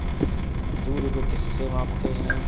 दूध को किस से मापते हैं?